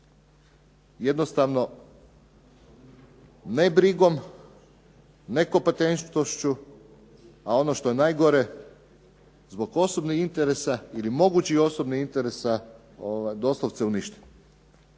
jednostavno ne brigom, ne kompetentnošću, a ono što je najgore zbog mogućih osobnih interesa doslovce uništen.